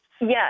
Yes